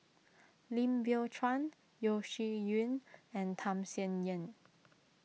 Lim Biow Chuan Yeo Shih Yun and Tham Sien Yen